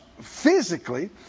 physically